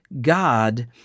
god